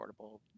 affordable